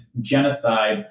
genocide